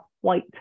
white